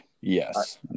Yes